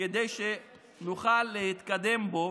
כדי שנוכל להתקדם בו,